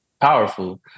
powerful